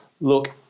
look